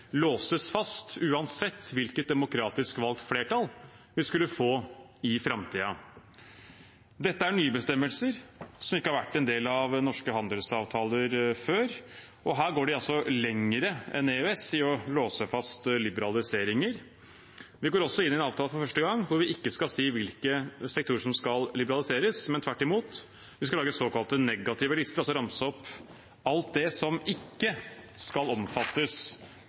låses fast uansett hvilket demokratisk valgt flertall vi skulle få i framtiden. Dette er nye bestemmelser, som ikke har vært en del av norske handelsavtaler før, og her går de altså lenger enn EØS i å låse fast liberaliseringer. Vi går også for første gang inn i en avtale hvor vi ikke skal si hvilke sektorer som skal liberaliseres, men tvert imot, vi skal lage såkalte negative lister, altså ramse opp alt det som ikke skal omfattes